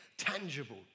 tangible